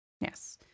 yes